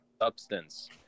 substance